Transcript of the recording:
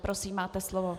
Prosím, máte slovo.